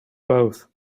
both